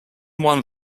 one